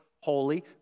holy